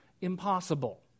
impossible